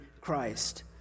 Christ